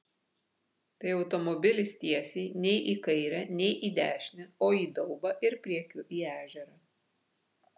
tai automobilis tiesiai nei į kairę nei į dešinę o į daubą ir priekiu į ežerą